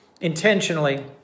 intentionally